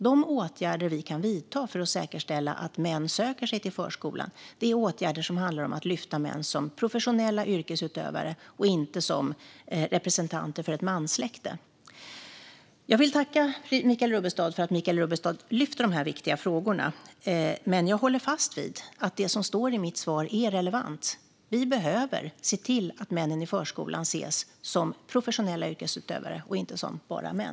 De åtgärder vi kan vidta för att säkerställa att män söker sig till förskolan är åtgärder som handlar om att lyfta fram män som professionella yrkesutövare och inte som representanter för ett manssläkte. Jag vill tacka Michael Rubbestad för att han lyfter de här viktiga frågorna. Men jag håller fast vid att det som sägs i mitt svar är relevant. Vi behöver se till att männen i förskolan ses som professionella yrkesutövare och inte som bara män.